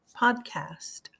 Podcast